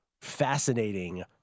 fascinating